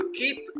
keep